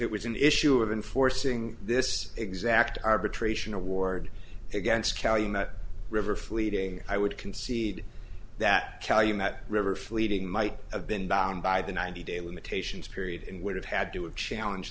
it was an issue of enforcing this exact arbitration award against calumet river fleeting i would concede that calumet river fleeting might have been down by the ninety day limitations period and would have had do a challenge